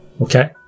Okay